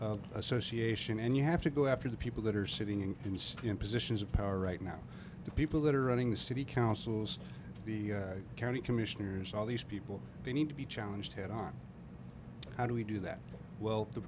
association and you have to go after the people that are sitting in positions of power right now the people that are running the city councils the county commissioners all these people they need to be challenged head on how do we do that well the